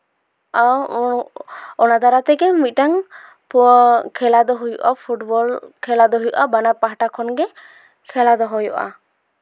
ᱚᱱᱟ ᱫᱟᱨᱟᱭ ᱛᱮᱜᱮ ᱢᱤᱫᱴᱟᱱ ᱠᱷᱮᱞᱟ ᱫᱚ ᱦᱩᱭᱩᱜᱼᱟ ᱯᱷᱩᱴᱵᱚᱞ ᱠᱷᱮᱞᱟ ᱫᱚ ᱦᱩᱭᱩᱜᱼᱟ ᱵᱟᱱᱟᱨ ᱯᱟᱦᱴᱟ ᱠᱷᱚᱱᱜᱮ ᱠᱷᱮᱞᱟ ᱫᱚ ᱦᱩᱭᱩᱜᱼᱟ